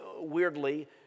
weirdly